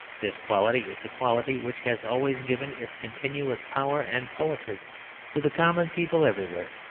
this quality is the quality which has always given its continuous power and poetry to the common people everywhere.